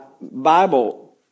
Bible